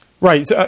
Right